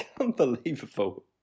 Unbelievable